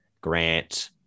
Grant